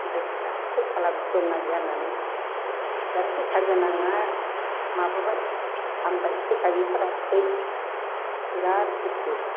गिदिदफ्रा फैसा दंना गैया होननानै जार फैसा गोनाङा माबाबाय हामबाय फैसा गैयिफोरा थै बिराद दुखु